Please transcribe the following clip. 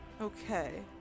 Okay